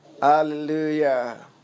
Hallelujah